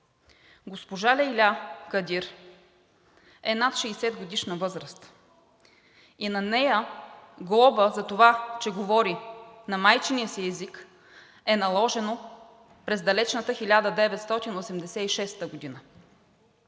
Госпожа Лейля Кадир е над 60-годишна възраст и на нея глоба за това, че говори на майчиния си език е наложена през далечната 1986 г.